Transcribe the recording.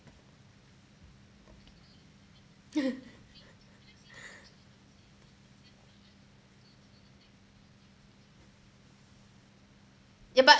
ya but